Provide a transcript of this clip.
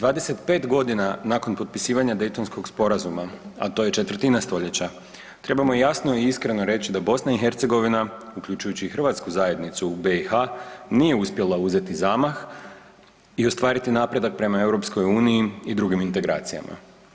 25 godina nakon potpisivanja Dejtonskog sporazuma, a to četvrtina stoljeća trebamo jasno i iskreno reći da BiH uključuju i hrvatsku zajednicu u BiH nije uspjela uzeti zamah i ostvariti napredak prema EU i drugim integracijama.